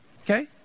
Okay